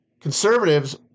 conservatives